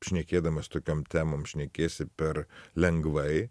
šnekėdamas tokiom temom šnekėsi per lengvai